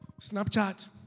Snapchat